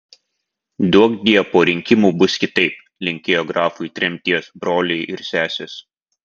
duokdie po rinkimų bus kitaip linkėjo grafui tremties broliai ir sesės